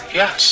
yes